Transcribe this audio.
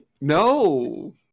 No